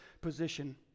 position